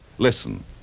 Listen